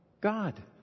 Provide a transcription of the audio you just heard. God